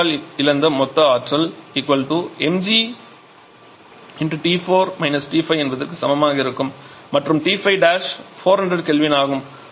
வாயுவால் இழந்த மொத்த ஆற்றல் 𝑚𝑔 𝑇4 𝑇5 என்பதற்கு சமமாக இருக்கும் மற்றும் T5 400 K ஆகும்